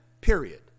period